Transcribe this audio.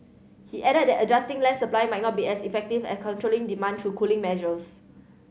he added that adjusting land supply might not be as effective as controlling demand through cooling measures